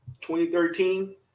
2013